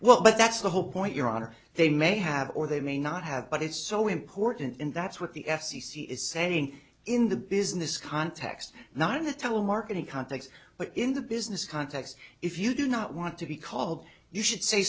what but that's the whole point your honor they may have or they may not have but it's so important and that's what the f c c is saying in the business context not in the telemarketing context but in the business context if you do not want to be called you should say